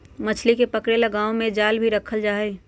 मछली के पकड़े ला गांव में जाल भी रखल रहा हई